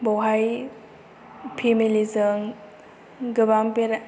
बेवहाय फेमेलिजों गोबां बेराय